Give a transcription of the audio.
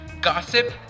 gossip